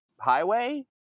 Highway